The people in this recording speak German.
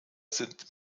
sind